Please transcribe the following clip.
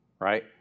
Right